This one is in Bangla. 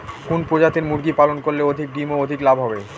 কোন প্রজাতির মুরগি পালন করলে অধিক ডিম ও অধিক লাভ হবে?